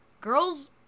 girls